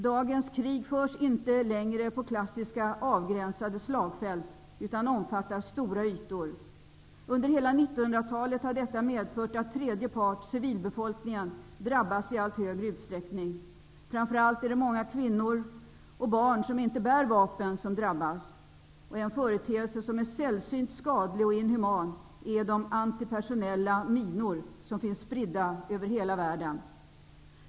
Dagens krig förs inte längre på klassiska avgränsade slagfält utan omfattar stora ytor. Under hela 1900-talet har detta medfört att tredje part, nämligen civilbefolkningen, i allt högre utsträckning drabbas. Framför allt är det många kvinnor och barn, som inte bär vapen, som drabbas. En företeelse som är sällsynt skadlig och inhuman är de antipersonella minor som finns spridda över hela världen.